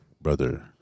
brother